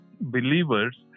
believers